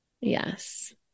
yes